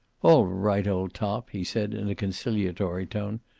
all right, old top, he said, in a conciliatory tone.